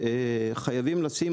חייבים לשים,